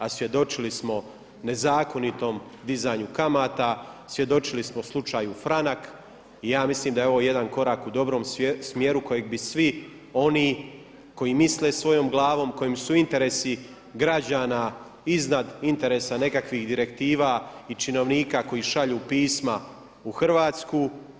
A svjedočili smo nezakonitom dizanju kamata, svjedočili smo slučaju Franak i ja mislim da je ovo jedan korak u dobrom smjeru kojeg bi svi oni koji misle svojom glavom, kojima su interesi građana iznad interesa nekakvih direktiva i činovnika koji šalju pisma u Hrvatsku.